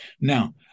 Now